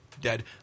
dead